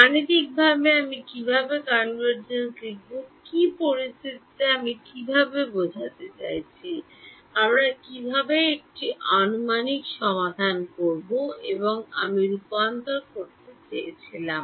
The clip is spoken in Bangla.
গাণিতিকভাবে আমি কীভাবে কনভার্জেনশ লিখব কী পরিস্থিতিতে আমি কীভাবে বোঝাতে চাইছি আমার কীভাবে একটি আনুমানিক সমাধান হবে এবং আমি রূপান্তর করতে চেয়েছিলাম